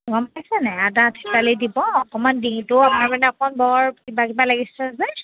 গম পাইছে নে আদা থেতালি দিব অকণমান ডিঙিটো আমাৰ মানে অকণ বৰ কিবা কিবা লাগিছে যে